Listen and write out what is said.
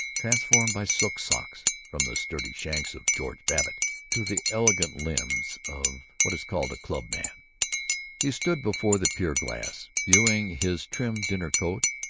transformed by silk socks from the sturdy shanks of george babbitt to the elegant limbs of what is called a clubman. he stood before the pier-glass, viewing his trim dinner-coat,